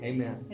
Amen